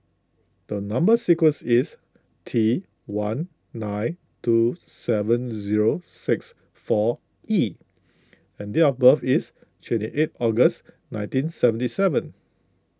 the Number Sequence is T one nine two seven zero six four E and date of birth is twenty eight August nineteen seventy seven